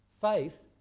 Faith